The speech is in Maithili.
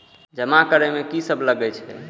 जमा करे में की सब लगे छै?